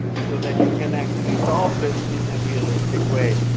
so that you can actually solve this in a realistic way.